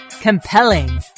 Compelling